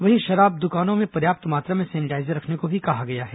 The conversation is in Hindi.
इसके अलावा दुकानों में पर्याप्त मात्रा में सेनेटाईजर रखने भी कहा गया है